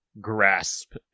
grasp